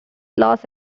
los